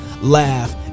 laugh